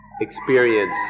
experience